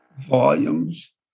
volumes